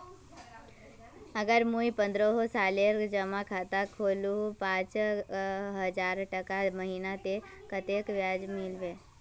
अगर मुई पन्द्रोह सालेर जमा खाता खोलूम पाँच हजारटका महीना ते कतेक ब्याज मिलबे?